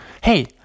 hey